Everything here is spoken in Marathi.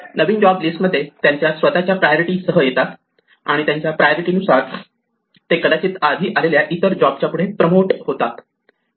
नवीन जॉब लिस्टमध्ये त्यांच्या स्वतःच्या प्रायोरिटी सह येत राहतात आणि त्यांच्या प्रायोरिटी नुसार ते कदाचित आधी आलेल्या इतर जॉबच्या पुढे प्रमोट होतात